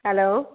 hello